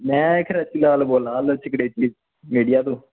में खरैती लाल बोल्ला ना मीडिया तों